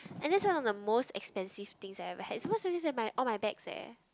and that's one of the most expensive things I ever had it's more expensive than my all my bags eh